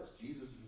Jesus